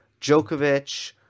Djokovic